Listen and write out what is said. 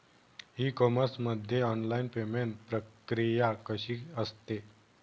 E commerce मध्ये online payment प्रक्रिया कशी असते?